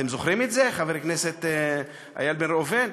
אתם זוכרים את זה, חבר כנסת איל בן ראובן?